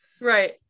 Right